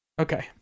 Okay